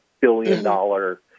billion-dollar